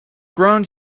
ground